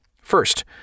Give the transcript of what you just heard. First